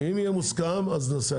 אם יהיה מוסכם אז נעשה.